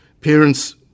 Parents